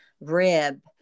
rib